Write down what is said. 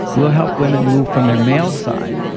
will help women move from their male side,